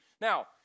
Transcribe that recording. Now